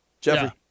Jeffrey